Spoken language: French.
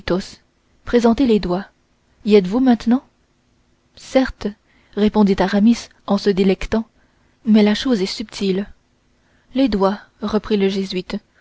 les doigts y êtes-vous maintenant certes répondit aramis en se délectant mais la chose est subtile les doigts reprit le jésuite